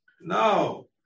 No